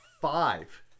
five